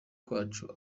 kwacu